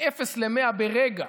מאפס ל-100 ברגע.